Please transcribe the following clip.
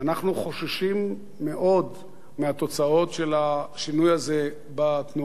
אנחנו חוששים מאוד מהתוצאות של השינוי הזה בתנועה.